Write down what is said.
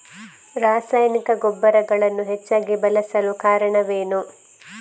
ರಾಸಾಯನಿಕ ಗೊಬ್ಬರಗಳನ್ನು ಹೆಚ್ಚಾಗಿ ಬಳಸಲು ಕಾರಣವೇನು?